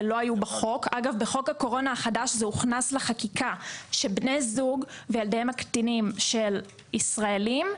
בחוק הקורונה החדש הוכנס לחקיקה שבני זוג וילדיהם הקטינים של ישראלים,